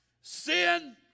sin